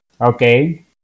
Okay